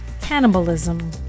cannibalism